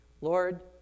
Lord